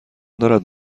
دارد